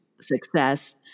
success